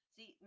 See